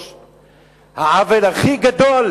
העוול הכי גדול